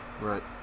Right